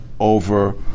over